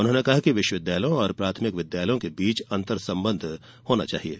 उन्होंने कहा कि विश्वविद्यालयों और प्राथमिक विद्यालयों के बीच अंतर्संबंध होना चाहिये